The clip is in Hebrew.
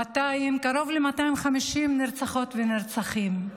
קרוב ל-250 נרצחות ונרצחים.